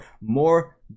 more